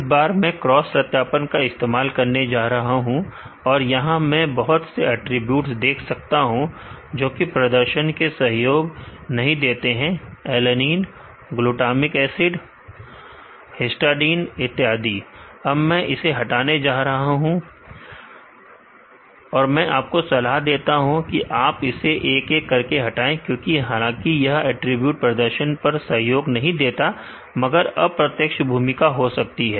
इस बार मैं क्रॉस सत्यापन को इस्तेमाल करने जा रहा हूं और यहां मैं बहुत से अटरीब्यूट्स देख सकता हूं जो कि प्रदर्शन में सहयोग नहीं देते हैं ऐलेनिन ग्लूटामिक एसिड हिस्टाडिन इत्यादि अब मैं इसे हटाने जा रहा हूं मैं आपको सलाह देता हूं कि आप इसे एक एक करके हटाए क्योंकि हालांकि यह अटरीब्यूट प्रदर्शन पर सहयोग नहीं देता मगर अप्रत्यक्ष भूमिका हो सकती है